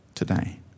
today